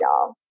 y'all